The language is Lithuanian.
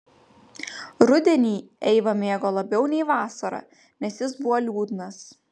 rudenį eiva mėgo labiau nei vasarą nes jis buvo liūdnas